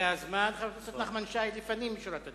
זה הזמן, חבר הכנסת נחמן שי, לפנים משורת הדין.